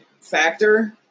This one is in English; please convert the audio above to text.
factor